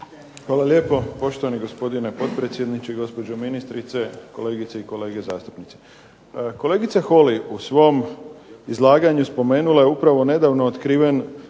Hvala lijepo poštovani gospodine potpredsjedniče, gospođo ministrice, kolegice i kolege zastupnici. Kolegica Holy u svom izlaganju spomenula je upravo nedavno otkriven